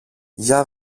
για